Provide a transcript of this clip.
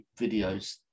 videos